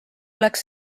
oleks